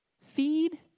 Feed